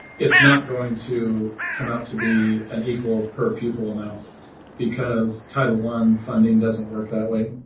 it's not going to come out to be an equal per pupil amount because title one funding doesn't work that way.